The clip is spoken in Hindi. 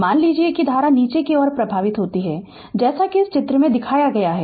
मान लीजिए कि धारा नीचे की ओर प्रवाहित होती है जैसा कि इस चित्र में दिखाया गया है